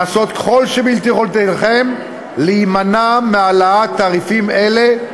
לעשות כל שביכולתכם להימנע מהעלאת תעריפים אלה,